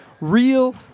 real